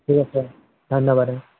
ঠিক অঁ আছে ধন্যবাদ অঁ